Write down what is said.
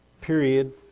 period